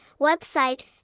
website